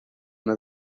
una